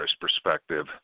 perspective